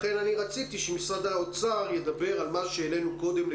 לכן רציתי שמשרד האוצר ידבר על מה שהעלינו קודם,